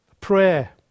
prayer